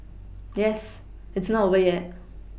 yes it's not over yet